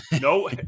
no